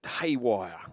haywire